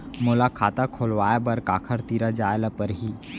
मोला खाता खोलवाय बर काखर तिरा जाय ल परही?